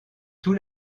tout